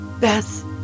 Beth